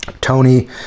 Tony